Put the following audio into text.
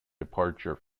departure